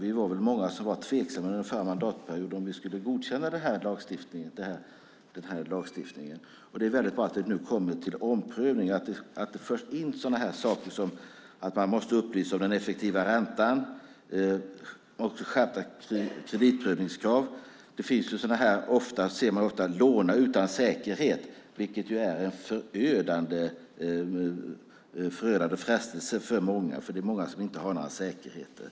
Vi var väl många som var tveksamma under den förra mandatperioden till om vi skulle godkänna den här lagstiftningen. Det är väldigt bra att det nu blir en omprövning och att det förs in sådana saker som att man måste upplysa om den effektiva räntan. Det är också skärpta kreditprövningskrav. Man ser ofta att man kan låna utan säkerhet, vilket är en förödande frestelse för många, för det är många som inte har några säkerheter.